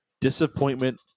disappointment